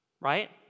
right